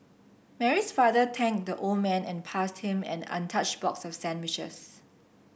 Mary's father thanked the old man and passed him an untouched box of sandwiches